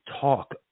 talk